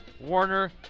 Warner